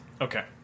okay